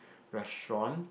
restaurant